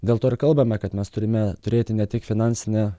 dėl to ir kalbame kad mes turime turėti ne tik finansinę